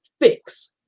fix